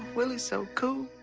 willie's so cool